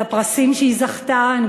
על הפרסים שהיא זכתה בהם.